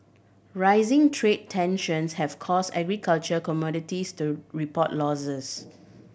rising trade tensions have caused agricultural commodities to report losses